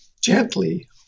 gently